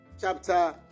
chapter